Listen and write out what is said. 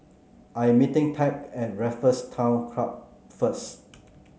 I'm meeting Tad at Raffles Town Club first